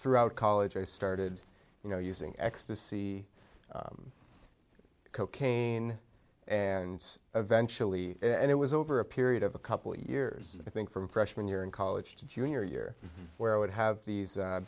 throughout college i started you know using ecstasy cocaine and eventually and it was over a period of a couple years i think from freshman year in college to junior year where i would have these